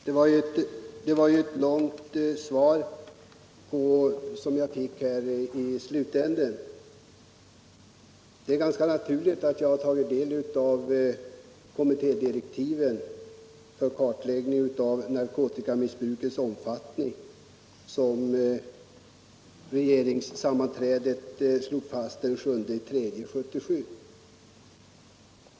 Herr talman! Det var ju ett långt svar som jag fick i slutänden. Det är ganska naturligt att jag har tagit del av de kommittédirektiv för kartläggningen av narkotikamissbrukets omfattning som slogs fast vid regeringssammanträdet den 7 mars 1977.